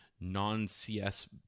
non-CS